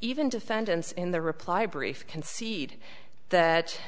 even defendants in the reply brief concede that